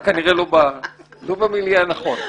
אתה כנראה לא במיליה הנכון.